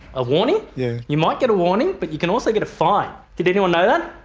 a warning? yeah you might get a warning but you can also get a fine. did anyone know that?